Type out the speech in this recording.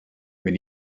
when